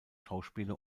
schauspiele